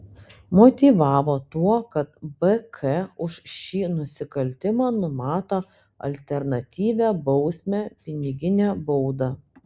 motyvavo tuo kad bk už šį nusikaltimą numato alternatyvią bausmę piniginę baudą